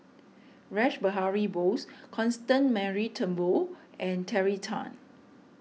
Rash Behari Bose Constance Mary Turnbull and Terry Tan